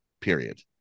Period